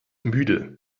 müde